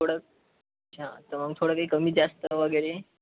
थोडं अच्छा थोडं काही कमी जास्त वगैरे